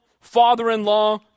father-in-law